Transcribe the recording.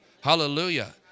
Hallelujah